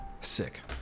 Sick